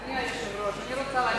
אני רוצה להגיד לך,